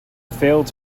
failed